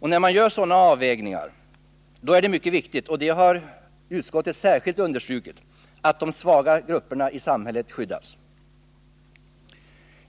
När man gör sådana avvägningar är det mycket viktigt — och det har utskottet särskilt betonat — att de svagare grupperna i samhället skyddas.